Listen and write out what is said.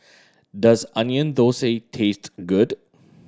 does Onion Thosai taste good